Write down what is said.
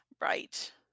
right